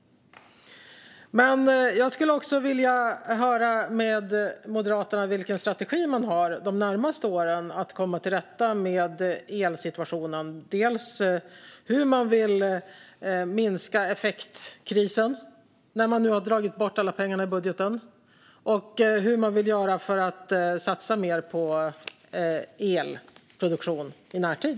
Jag skulle också vilja höra med Moderaterna vilken strategi man har de närmaste åren för att komma till rätta med elsituationen - dels hur man vill minska effektkrisen när man nu har dragit bort alla pengarna i budgeten, dels hur man vill göra för att satsa mer på elproduktion i närtid.